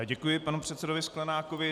Děkuji panu předsedovi Sklenákovi.